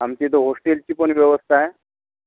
आमच्या इथं होस्टेलची पण व्यवस्था आहे